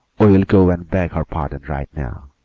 we'll go and beg her pardon right now,